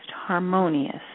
harmonious